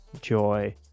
joy